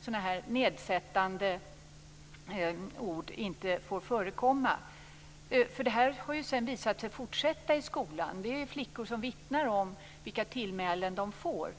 Sådana här nedsättande ord får inte förekomma. Detta har sedan visat sig fortsätta i skolan. Det är flickor som vittnar om vilka tillmälen de får.